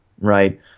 right